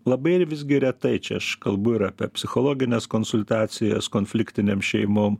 labai visgi retai čia aš kalbu ir apie psichologines konsultacijas konfliktinėm šeimom